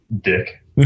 Dick